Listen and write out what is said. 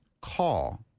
call